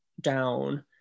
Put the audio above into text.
down